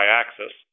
axis